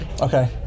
Okay